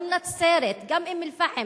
גם נצרת, גם אום-אל-פחם,